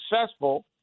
successful